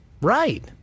Right